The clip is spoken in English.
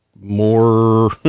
more